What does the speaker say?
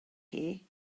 chi